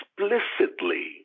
explicitly